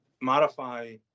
modify